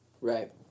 Right